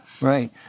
Right